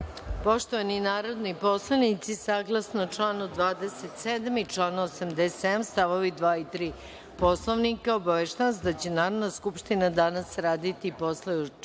rada. Poštovani narodni poslanici saglasno članu 27. i članu 87. stavovi 2. i 3. Poslovnika, obaveštavam vas da će Narodna skupština danas raditi i posle